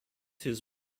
his